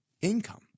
income